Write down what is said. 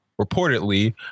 reportedly